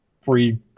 free